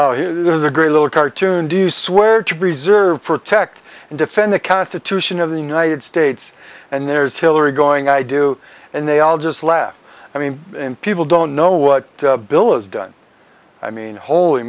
out there's a great little cartoon do you swear to preserve protect and defend the constitution of the united states and there's hillary going i do and they all just laugh i mean people don't know what bill is done i mean holy